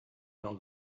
not